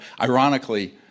ironically